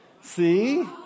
See